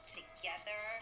Together